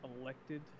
elected